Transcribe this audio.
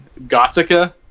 Gothica